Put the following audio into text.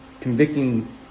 convicting